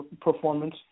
performance